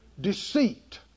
Deceit